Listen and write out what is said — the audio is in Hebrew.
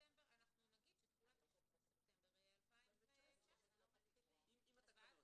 בספטמבר 2019. עם התקנות.